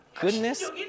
Goodness